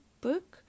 book